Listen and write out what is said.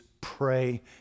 Pray